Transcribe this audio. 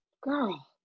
girl